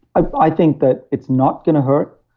ah i think that it's not going to hurt.